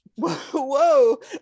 whoa